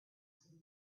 some